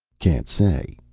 can't say,